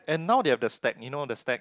and now they have the stack you know the stack